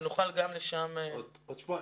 שנוכל גם שם --- בעוד שבועיים.